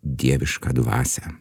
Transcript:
dievišką dvasią